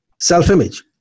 Self-image